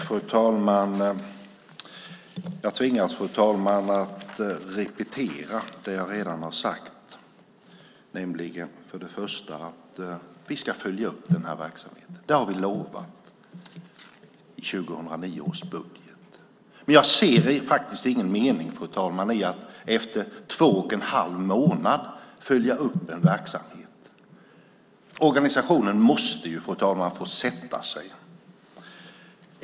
Fru talman! Jag tvingas att repetera det jag redan har sagt. För det första ska vi följa upp den här verksamheten, det har vi lovat i 2009 års budget. Men jag ser faktiskt ingen mening med att efter två och en halv månad följa upp en verksamhet. Organisationen måste, fru talman, få sätta sig.